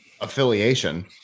affiliation